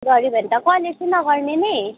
गर्यो भने त कलेज चाहिँ नगर्ने नै